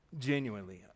Genuinely